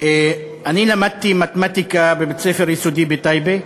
אני למדתי מתמטיקה בבית-ספר יסודי בטייבה,